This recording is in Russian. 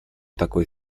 такой